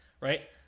right